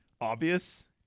Obvious